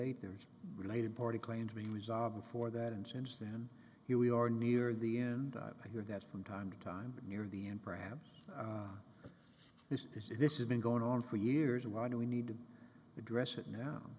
eight there are related party claimed to be resolved before that and since them here we are nearing the end i hear that from time to time near the end perhaps this is it this has been going on for years and why do we need to address it now